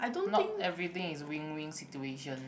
not everything is win win situation